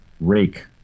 Rake